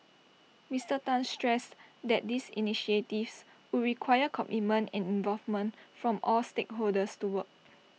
Mister Tan stressed that these initiatives would require commitment and involvement from all stakeholders to work